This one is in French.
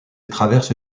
traverse